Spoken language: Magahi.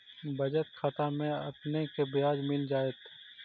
बचत खाता में आपने के ब्याज मिल जाएत